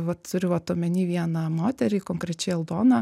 vat turiu vat omeny vieną moterį konkrečiai aldoną